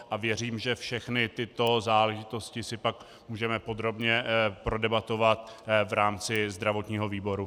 A věřím, že všechny tyto záležitosti si pak můžeme podrobně prodebatovat v rámci zdravotního výboru.